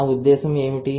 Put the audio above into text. నా ఉద్దేశ్యం ఏమిటి